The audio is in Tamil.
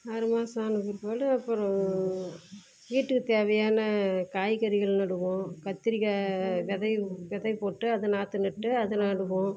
ஆறு மாதம் ஆனால் பிற்பாடு அப்பறம் வீட்டுக்கு தேவையான காய்கறிகள் நடுவோம் கத்திரிக்காய் விதைய விதை போட்டு அதை நாற்று நட்டு அதை நடுவோம்